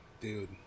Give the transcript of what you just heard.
Dude